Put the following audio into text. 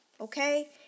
okay